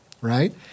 right